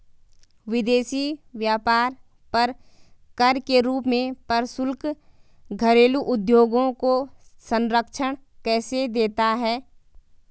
विदेशी व्यापार पर कर के रूप में प्रशुल्क घरेलू उद्योगों को संरक्षण कैसे देता है?